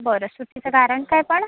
बरं सुट्टीचं कारण काय पण